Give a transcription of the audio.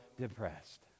depressed